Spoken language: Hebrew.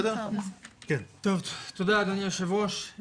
תודה אדוני היושב-ראש,